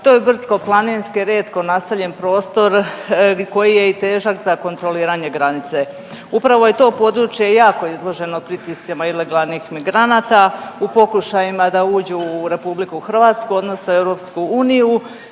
to je brdsko-planinski rijetko naseljen prostor koji je i težak za kontroliranje granice. Upravo je to područje jako izloženo pritiscima ilegalnih migranata u pokušajima da uđu u RH odnosno EU. Među nama